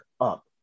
up